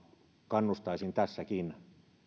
kannustaisin tässäkin